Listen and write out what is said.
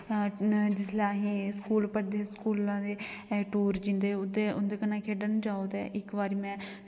जिसलै असें स्कूल पढ़दे हे स्कूला दे टूर जंदे उंदे कन्नै खेढन जाओ ते इक बारी में